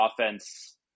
offense